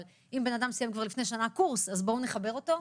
אם אדם סיים כבר לפני שנה קורס אז צריך לחבר אותו,